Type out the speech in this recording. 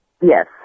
Yes